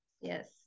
Yes